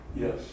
Yes